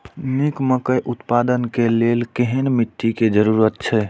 निक मकई उत्पादन के लेल केहेन मिट्टी के जरूरी छे?